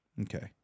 Okay